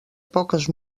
poques